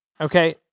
Okay